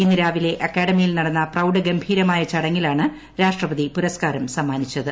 ഇന്ന് രാവിലെ അക്കാദമിയിൽ നടന്ന പ്രൌഡൂ ശ്രൂഭൂർമായ ചടങ്ങിലാണ് രാഷ്ട്രപതി പുരസ്കാരം സമ്മാന്ദിച്ചത്